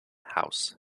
house